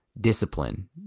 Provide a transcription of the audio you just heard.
discipline